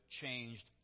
changed